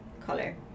color